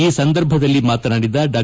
ಈ ಸಂದರ್ಭದಲ್ಲಿ ಮಾತನಾಡಿದ ಡಾ